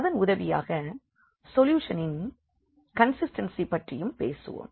அதன் உதவியாக சொல்யூஷனின் கண்சிஸ்டென்சி பற்றியும் பேசுவோம்